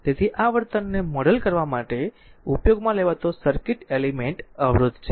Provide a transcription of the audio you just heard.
તેથી આ વર્તનને મોડેલ કરવા માટે ઉપયોગમાં લેવાતો સર્કિટ એલિમેન્ટ અવરોધ છે